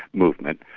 movement,